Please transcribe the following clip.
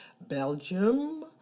Belgium